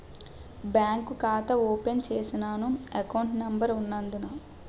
bank ఖాతా open చేసినాను account number ఉన్నాద్దాన్ల